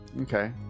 Okay